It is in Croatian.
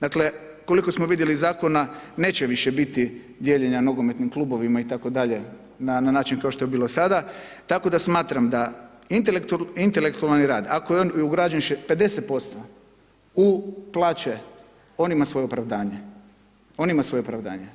Dakle, koliko smo vidjeli iz zakona neće više biti dijeljenja nogometnim klubovima itd. na način kao što je bilo sada, tako da smatram da intelektualni rad ako je on ugrađen 50% u plaće, on ima svoje opravdanje, on ima svoje opravdanje.